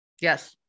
Yes